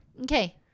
Okay